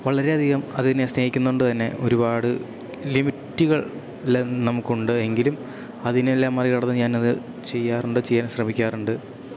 വളരെയധികം അതിനെ സ്നേഹിക്കുന്നതു കൊണ്ടു തന്നെ ഒരുപാട് ലിമിറ്റുകളെല്ലാം നമുക്കുണ്ട് എങ്കിലും അതിനെയെല്ലാം മറി കടന്ന് ഞാനത് ചെയ്യാറുണ്ട് ചെയ്യാൻ ശ്രമിക്കാറുണ്ട്